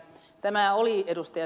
tämä oli ed